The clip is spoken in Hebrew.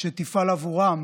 שתפעל עבורם